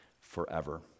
forever